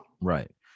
Right